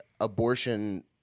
abortion